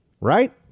right